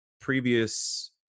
previous